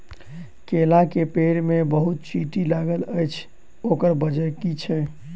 केला केँ पेड़ मे बहुत चींटी लागल अछि, ओकर बजय की छै?